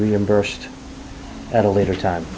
reimbursed at a later time